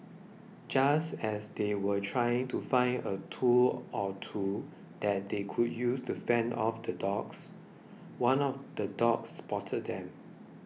just as they were trying to find a tool or two that they could use to fend off the dogs one of the dogs spotted them